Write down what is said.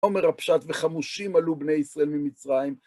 אומר הפשט וחמושים עלו בני ישראל ממצרים.